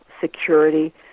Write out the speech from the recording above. security